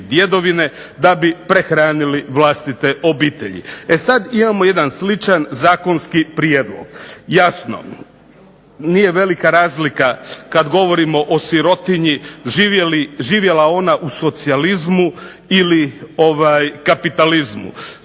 da bi prehranili vlastite obitelji. E sad imamo jedan sličan zakonski prijedlog. Jasno nije velika razlika kad govorimo o sirotinji, živjela ona u socijalizmu, ili kapitalizmu.